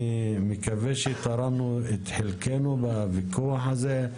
אני מקווה שתרמנו את חלקנו בוויכוח הזה.